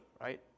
right